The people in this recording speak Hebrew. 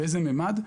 באיזה ממד?